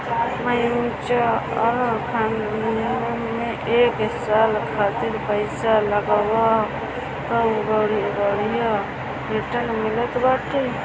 mutual fund में एक साल खातिर पईसा लगावअ तअ बढ़िया रिटर्न मिलत बाटे